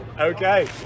Okay